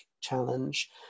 challenge